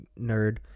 nerd